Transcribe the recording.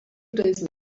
days